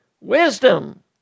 wisdom